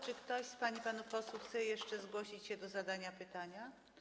Czy ktoś z pań i panów posłów chce jeszcze zgłosić się do zadania pytania?